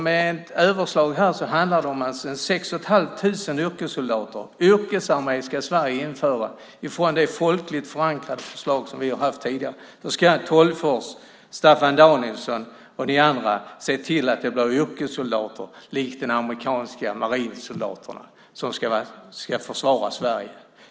Med ett överslag handlar det om 6 500 yrkessoldater. Yrkesarmé ska Sverige införa, från det folkligt förankrade förslag som vi har haft tidigare. Nu ska Sten Tolgfors, Staffan Danielsson och de andra se till att det blir yrkessoldater, likt de amerikanska marinsoldaterna, som ska försvara Sverige.